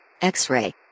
X-Ray